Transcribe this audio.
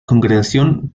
congregación